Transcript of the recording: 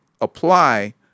apply